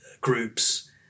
groups